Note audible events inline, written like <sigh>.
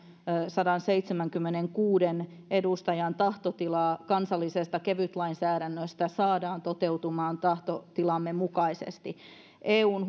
sadanseitsemänkymmenenkuuden edustajan tahtotila kansallisesta kevytlainsäädännöstä saadaan toteutumaan tahtotilamme mukaisesti eun <unintelligible>